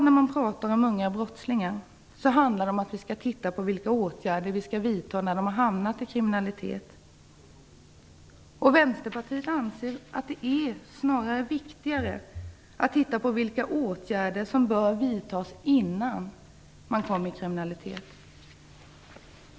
När man pratar om unga brottslingar i dag handlar det om att man skall titta på vilka åtgärder man skall vidta när de har hamnat i kriminalitet. Vänsterpartiet anser snarare att det är viktigare att titta på vilka åtgärder som bör vidtas innan de unga hamnar i kriminalitet.